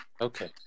Okay